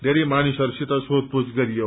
थेरै मानिसहरूसित सोधपूड गरियो